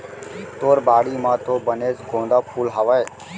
तोर बाड़ी म तो बनेच गोंदा फूल हावय